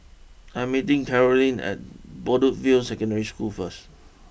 I am meeting Caroline at Bedok view Secondary School first